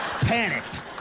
panicked